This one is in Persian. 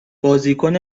بازیکن